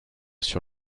sur